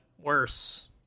worse